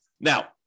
Now